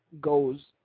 goes